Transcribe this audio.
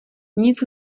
nic